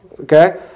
Okay